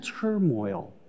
turmoil